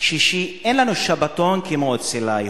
שישי אין לנו שבתון, כמו אצל היהודים,